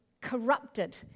corrupted